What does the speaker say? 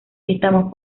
estamos